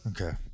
Okay